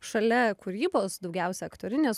šalia kūrybos daugiausia aktorinės